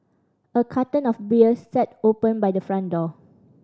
a carton of beer sat open by the front door